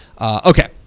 Okay